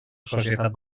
societat